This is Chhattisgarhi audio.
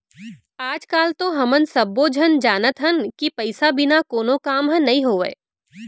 आज काल तो हमन सब्बो झन जानत हन कि पइसा बिना कोनो काम ह नइ होवय